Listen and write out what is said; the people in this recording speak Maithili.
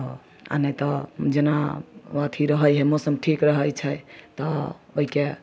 आओर नहि तऽ जेना अथी रहै हइ मौसम ठीक रहै छै तऽ ओहिके